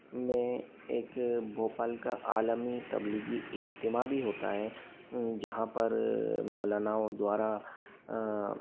में एक भोपाल का आलमी तबलिगी इज्तेमा भी होता है जहाँ पर मौलानाओं द्वारा